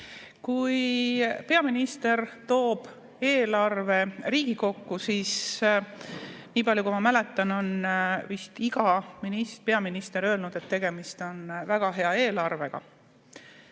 Kui peaminister toob eelarve Riigikokku, siis niipalju kui ma mäletan, on vist iga peaminister öelnud, et tegemist on väga hea eelarvega.